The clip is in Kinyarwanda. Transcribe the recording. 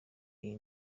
iyi